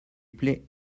plait